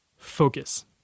focus